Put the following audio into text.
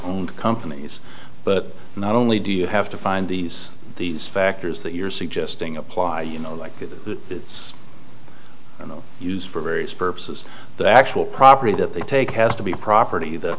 owned companies but not only do you have to find these these factors that you're suggesting apply you know like it's no use for various purposes the actual property that they take has to be property th